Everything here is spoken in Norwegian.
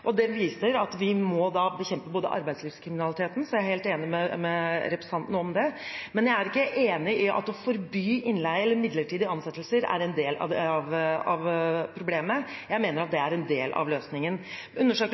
hit. Det viser at vi må bekjempe arbeidslivskriminaliteten, så jeg er helt enig med representanten i det. Men jeg er ikke enig i at innleie eller midlertidige ansettelser er en del av problemet. Jeg mener at